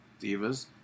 Divas